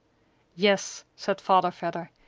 yes, said father vedder,